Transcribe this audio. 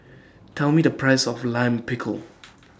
Tell Me The Price of Lime Pickle